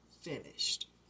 finished